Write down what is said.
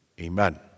amen